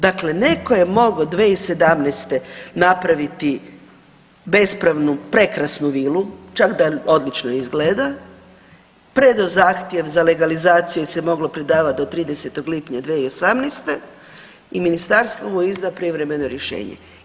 Dakle, neko je mogao 2017. napraviti bespravnu prekrasnu vilu čak da odlično izgleda, predao zahtjev za legalizaciju jel se moglo predavati do 30. lipnja 2018. i ministarstvo mu je izda privremeno rješenje.